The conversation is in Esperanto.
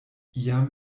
iam